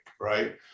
right